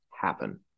happen